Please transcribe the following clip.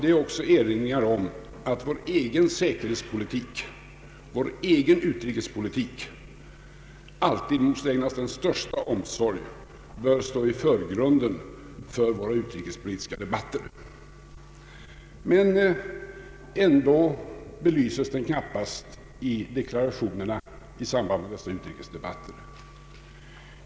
Det är också er inringar om att vår egen säkerhetspolitik, vår egen utrikespolitik, alltid måste ägna: den största omsorg och bör stå i förgrunden för våra utrikespolitiska debatter. Men ändå belyses den knappast i deklarationerna i samband med dessa utrikespolitiska debatter.